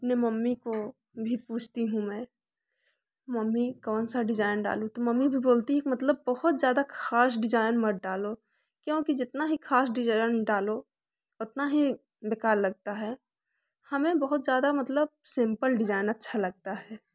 अपने मम्मी को भी पूछती हूँ मैं मम्मी कौन सा डिजाइन डालूँ तो मम्मी भी बोलती है कि मतलब बहुत ज़्यादा खास डिजाइन मत डालो क्योंकि जितना ही खास डिजाइन डालो उतना ही बेकार लगता है हमें बहुत ज़्यादा मतलब सिम्पल डिजाइन अच्छा लगता है